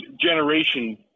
generation